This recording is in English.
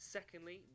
Secondly